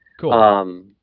Cool